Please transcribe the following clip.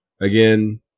again